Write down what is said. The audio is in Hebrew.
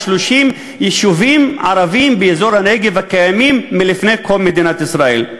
יישובים ערביים באזור הנגב הקיימים מלפני קום מדינת ישראל.